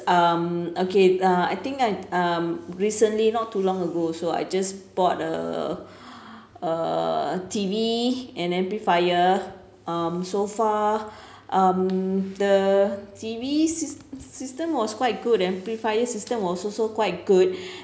um okay uh I think I um recently not too long ago also I just bought a a T_V and amplifier um so far um the T_V sys~ system was quite good amplifier system was also so quite good